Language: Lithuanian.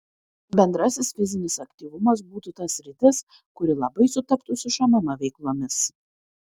bendrasis fizinis aktyvumas būtų ta sritis kuri labai sutaptų su šmm veiklomis